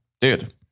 dude